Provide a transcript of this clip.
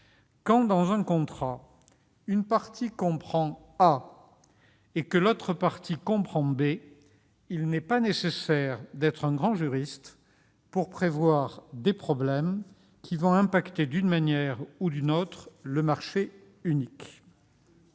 Quand dans un contrat, une partie comprend A et l'autre partie comprend B, il n'est pas nécessaire d'être un grand juriste pour prévoir des problèmes qui vont impacter d'une manière ou d'une autre le marché unique.